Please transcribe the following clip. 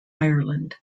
ireland